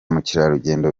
mukerarugendo